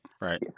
right